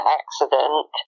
accident